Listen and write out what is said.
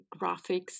graphics